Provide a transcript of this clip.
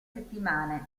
settimane